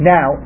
Now